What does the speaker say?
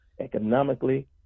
economically